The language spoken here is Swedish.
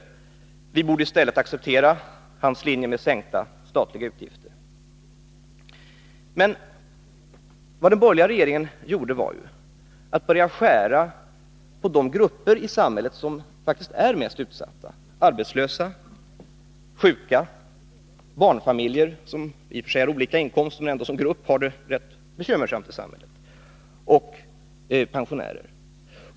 Han menar emellertid att vi i stället borde acceptera hans linje med sänkta utgifter. Men vad den borgerliga regeringen gjorde var att börja skära ned för de grupper i samhället som faktiskt är mest utsatta: arbetslösa, sjuka, barnfamiljer, som i och för sig har olika inkomster men ändå som grupp har det rätt bekymmersamt, och pensionärer.